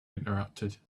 interrupted